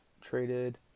traded